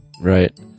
Right